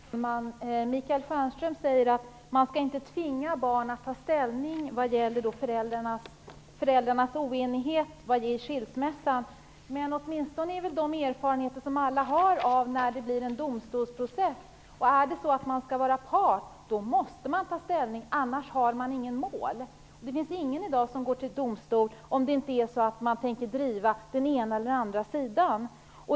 Herr talman! Michael Stjernström säger att man inte skall tvinga barn att ta ställning vad gäller föräldrarnas oenighet vid skilsmässa. Men det är åtminstone den erfarenhet alla har när det blir en domstolsprocess. Skall man vara part måste man ta ställning, annars har man inget mål. Det finns i dag inte någon som går till domstol om det inte är så att man tänker driva talan för den ena eller andra sidan.